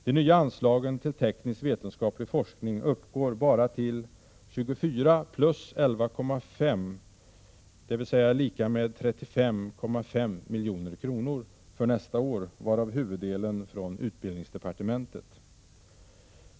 De nya anslagen till teknisk-vetenskaplig forskning uppgår bara till 35,5 milj.kr. för nästa år, varav huvuddelen från utbildningsdepartementet.